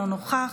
אינו נוכח,